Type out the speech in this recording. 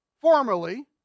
formerly